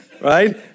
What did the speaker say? right